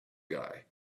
guy